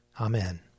Amen